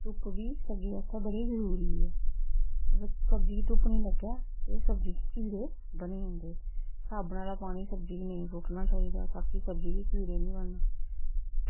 धुप्प बी सब्ज़ी आस्तै बड़ी जरूरी ऐ अगर सब्ज़ी गी धुप्प निं लग्गे ते एह् सब्ज़ी च कीड़े बनी जंदे साबनै आह्ला पानी सब्जियें गी नेईं सुट्टना चाहिदा ताकि सब्ज़ी गी कीड़े निं बनन